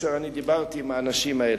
כאשר דיברתי עם האנשים האלה.